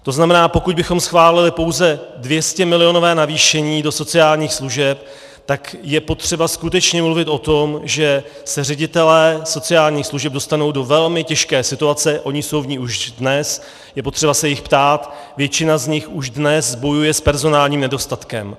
To znamená, pokud bychom schválili pouze 200milionové navýšení do sociálních služeb, tak je potřeba skutečně mluvit o tom, že se ředitelé sociálních služeb dostanou do velmi těžké situace oni jsou v ní už dnes, je potřeba se jich ptát, většina z nich už dnes bojuje s personálním nedostatkem.